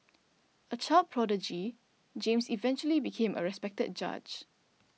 a child prodigy James eventually became a respected judge